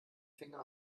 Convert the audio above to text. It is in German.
finger